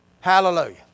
Hallelujah